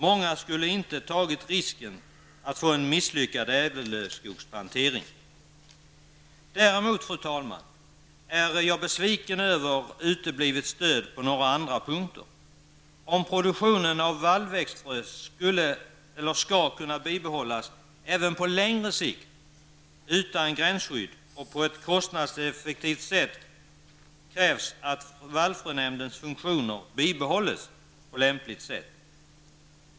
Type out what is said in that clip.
Många skulle inte ha tagit risken att få en misslyckad ädellövskogsplantering. Fru talman! Jag är däremot besviken över att stödet har uteblivit på några andra punkter. Om produktionen av vallväxtfrö skall kunna bibehållas även på längre sikt utan gränsskydd och på ett kostnadseffektivt sätt krävs att vallfrönämndens funktioner bibehålls på lämpligt sätt.